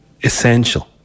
essential